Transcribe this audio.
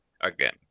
again